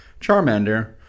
charmander